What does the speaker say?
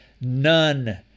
None